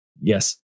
Yes